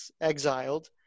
exiled